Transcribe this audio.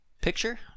picture